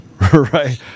right